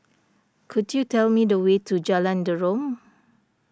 could you tell me the way to Jalan Derum